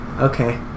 Okay